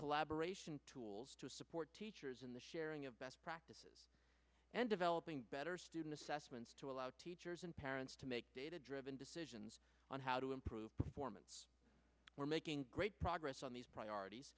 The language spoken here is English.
collaboration tools to support teachers in the sharing of best practices and developing better student assessments to allow teachers and parents to make data driven decisions on how to improve performance we're making great progress on these priorities